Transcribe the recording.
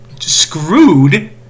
screwed